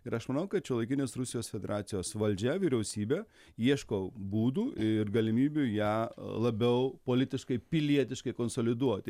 ir aš manau kad šiuolaikinės rusijos federacijos valdžia vyriausybė ieško būdų ir galimybių ją labiau politiškai pilietiškai konsoliduoti